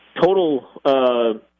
Total